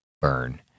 burn